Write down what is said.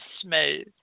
smooth